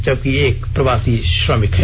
जबकि एक प्रवासी श्रमिक है